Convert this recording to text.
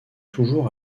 toujours